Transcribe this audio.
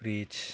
fridge